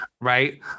right